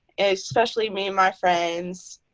especially me and my friends.